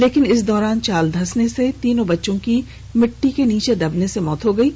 लेकिन इस दौरान चाल धंसने से तीनों बच्चों की मिट्टी दबने से मौत हो गयी